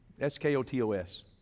S-K-O-T-O-S